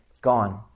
gone